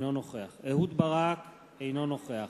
אינו נוכח אהוד ברק, אינו נוכח